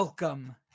Welcome